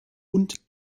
und